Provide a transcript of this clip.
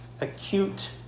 Acute